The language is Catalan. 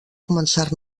començar